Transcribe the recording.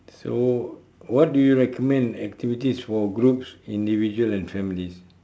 so what do you recommend activities for groups individual and families